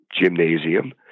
gymnasium